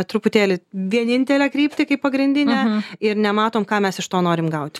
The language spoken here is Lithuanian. truputėlį vienintelę kryptį kaip pagrindinę ir nematom ką mes iš to norim gauti